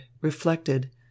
reflected